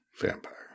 vampire